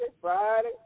Friday